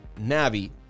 Navi